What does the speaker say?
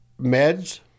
meds